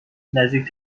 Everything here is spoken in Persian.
نزدیک